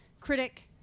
critic